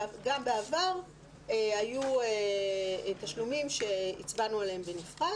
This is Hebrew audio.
גם בעבר היו תשלומים שהצבענו עליהם בנפרד